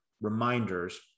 reminders